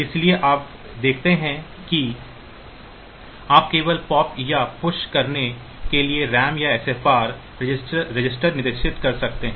इसलिए आप देखते हैं कि आप केवल पॉप या पुश करने के लिए रैम या SFR रजिस्टर निर्दिष्ट कर सकते हैं